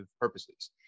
purposes